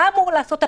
מה אמור לעשות הפקח?